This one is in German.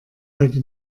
heute